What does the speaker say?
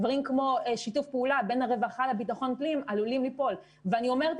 דברים כמו שיתוף פעולה בין הרווחה לביטחון פנים עלולים ליפול ואני אומרת